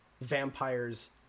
vampires